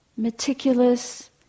meticulous